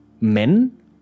men